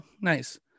Nice